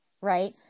right